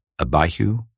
Abihu